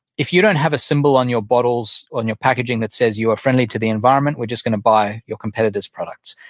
if you don't have a symbol on your bottles on your packaging that says you are friendly to the environment, we're just going to buy your competitors' products.